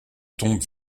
tombe